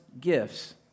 gifts